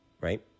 right